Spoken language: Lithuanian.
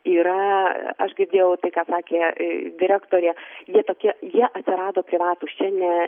yra aš girdėjau tai ką sakė į direktorė jie tokie jie atsirado privatūs čia ne